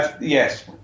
yes